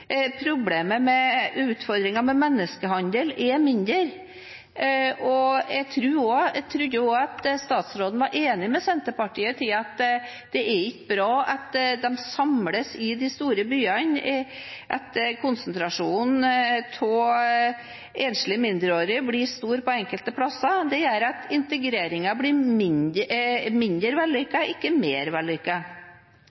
med menneskehandel er mindre. Jeg trodde også at statsråden var enig med Senterpartiet i at det ikke er bra at de samles i de store byene. At konsentrasjonen av enslige mindreårige blir stor på enkelte steder, gjør at integreringen blir mindre